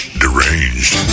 deranged